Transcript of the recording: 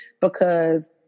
because-